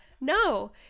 No